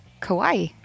Kauai